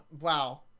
wow